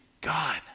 God